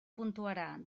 puntuarà